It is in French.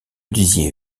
disiez